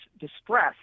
distress